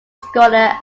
schuller